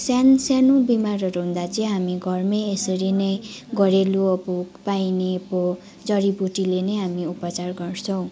सानो सानो बिमारहरू हुँदा चाहिँ हामी घरमै यसरी नै घरेलू अब पाइने अब जडिबुटीले नैहामी उपचार गर्छौँ